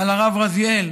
על הרב רזיאל